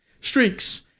streaks